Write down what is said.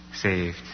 saved